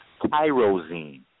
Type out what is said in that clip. tyrosine